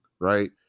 right